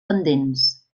pendents